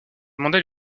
mandat